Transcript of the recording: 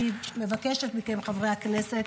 אני מבקשת מכם, חברי הכנסת,